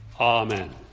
Amen